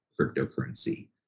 cryptocurrency